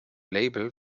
label